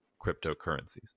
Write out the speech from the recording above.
cryptocurrencies